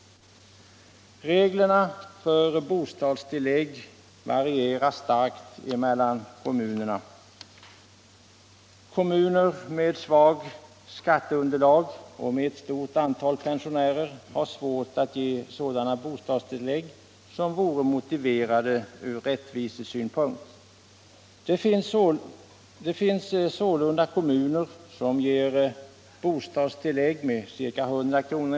Reglerna för bostadstillägg varierar starkt mellan olika kommuner. Kommuner med svagt skatteunderlag och ett stort antal pensionärer har svårt att ge sådana bostadstillägg som vore motiverade från rättvisesynpunkt. Det finns sålunda kommuner som ger bostadstillägg med ca 100 kr.